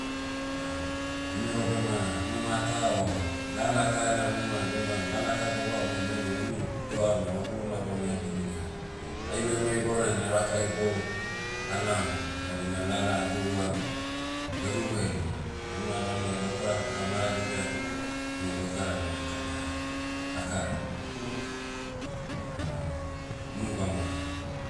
Na, memero bema ruma ta o, lala ta ena ruma bema lala ta begwaum memero umui doh aoma lagu ruma doh ame hagini negan, ai memero ibouna na araka heboum, alaom, madi na lala aduruam, heduru heduru. Hanua lalnai gaukara gauka maragidia, nu gaukara ma aka- akaram. Vada, unu bamona.